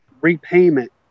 repayment